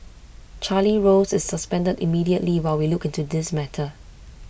Charlie rose is suspended immediately while we look into this matter